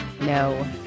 no